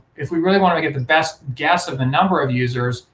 if we really wanna get the best guess of the number of users,